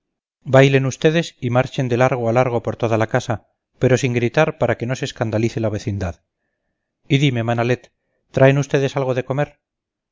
bailen ustedes y marchen de largo a largo por toda la casa pero sin gritar para que no se escandalice la vecindad y dime manalet traen ustedes algo de comer